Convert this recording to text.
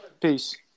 Peace